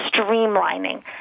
streamlining